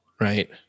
Right